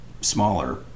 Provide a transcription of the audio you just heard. smaller